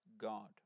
God